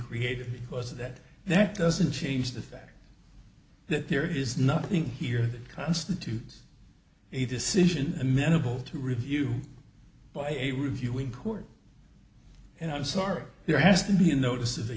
created because of that that doesn't change the fact that there is nothing here that constitutes a decision amenable to review by a reviewing court and i'm sorry there has to be a notice